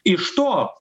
iš to